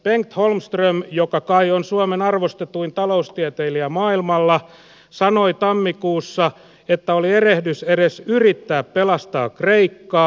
bengt holmström joka kai on suomen arvostetuin taloustieteilijä maailmalla sanoi tammikuussa että oli erehdys edes yrittää pelastaa kreikkaa